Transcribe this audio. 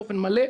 באופן מלא,